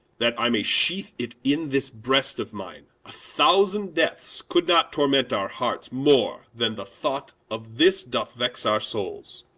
that i may sheathe it in this breast of mine. a thousand deaths could not torment our hearts more than the thought of this doth vex our souls.